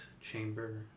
chamber